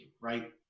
Right